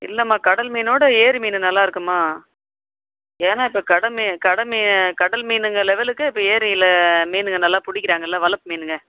இல்லைம்மா கடல் மீனோட ஏரி மீன் நல்லாயிருக்கும்மா ஏன்னா இப்போ கடல் கடல் கடல் மீனுங்க லெவலுக்கு இப்போ ஏரியில் மீனுங்க நல்லா பிடிக்கிறாங்க எல்லாம் வளர்ப்பு மீனுங்க